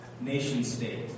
nation-state